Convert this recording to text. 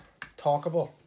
talkable